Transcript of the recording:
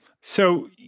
So-